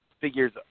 figures